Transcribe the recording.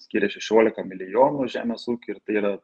skiria šešioliką milijonų žemės ūkiui ir tai yra